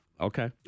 Okay